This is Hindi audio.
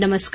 नमस्कार